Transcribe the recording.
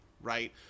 right